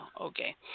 Okay